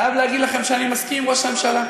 אני חייב להגיד לכם שאני מסכים עם ראש הממשלה.